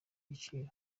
biciro